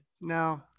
no